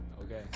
Okay